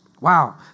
Wow